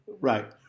Right